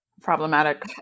Problematic